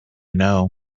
know